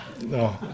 No